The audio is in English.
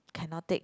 cannot take